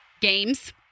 Games